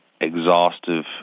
exhaustive